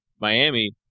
Miami